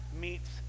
meets